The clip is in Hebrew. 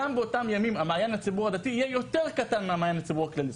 גם באותם ימים המעיין לציבור הדתי יהיה יותר קטן מהמעיין לציבור הכללי.